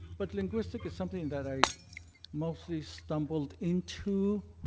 but linguistic is something that i mostly stumbled into